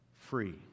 free